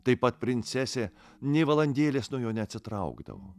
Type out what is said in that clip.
taip pat princesė nė valandėlės nuo jo neatsitraukdavo